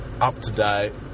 up-to-date